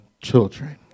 children